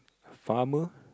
a farmer